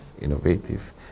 innovative